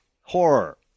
horror